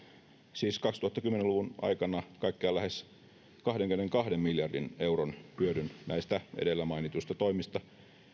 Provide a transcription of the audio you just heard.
siis kaksituhattakymmenen luvun aikana kaikkiaan lähes kahdenkymmenenkahden miljardin euron hyödyn näistä edellä mainituista toimista